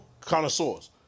connoisseurs